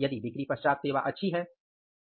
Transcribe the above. यदि बिक्री पश्चात सेवा अच्छी है